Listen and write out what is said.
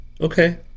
Okay